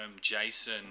Jason